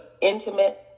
intimate